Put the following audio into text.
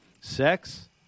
Sex